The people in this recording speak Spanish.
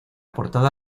portada